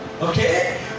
okay